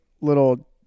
little